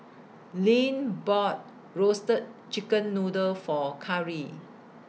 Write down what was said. Lynn bought Roasted Chicken Noodle For Carri